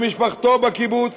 שמשפחתו בקיבוץ,